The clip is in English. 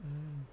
mm